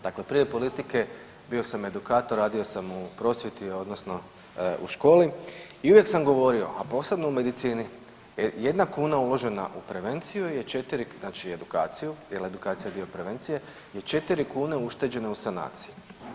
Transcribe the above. Dakle, prije politike, bio sam edukator, radio sam u prosvjeti, odnosno u školi i uvijek sam govorio, a posebno u medicini, jedna kuna uložena u prevenciju je 4, znači edukacija jer edukacija je dio prevencije, je 4 kune ušteđene u sanaciji.